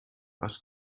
was